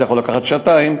זה יכול לקחת שעתיים,